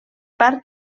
parc